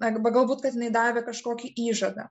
arba galbūt kad jinai davė kažkokį įžadą